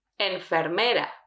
Enfermera